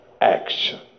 action